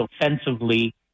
offensively